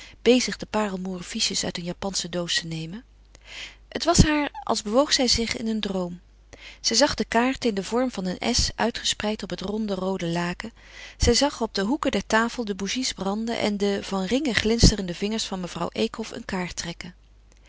bezig de parelmoeren fiches uit een japansche doos te nemen het was haar als bewoog zij zich in een droom zij zag de kaarten in den vorm van een s uitgespreid op het ronde roode laken zij zag op de hoeken der tafel de bougies branden en de van ringen glinsterende vingers van mevrouw eekhof een kaart trekken